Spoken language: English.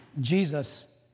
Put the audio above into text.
Jesus